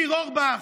ניר אורבך,